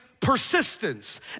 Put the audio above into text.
persistence